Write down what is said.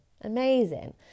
Amazing